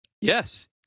yes